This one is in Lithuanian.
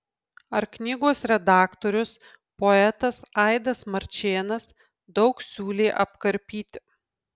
ar knygos redaktorius poetas aidas marčėnas daug siūlė apkarpyti